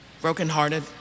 brokenhearted